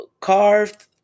carved